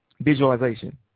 visualization